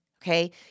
okay